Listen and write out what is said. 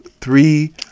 Three